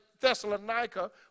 Thessalonica